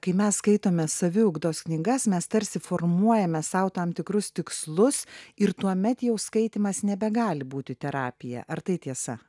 kai mes skaitome saviugdos knygas mes tarsi formuojame sau tam tikrus tikslus ir tuomet jau skaitymas nebegali būti terapija ar tai tiesa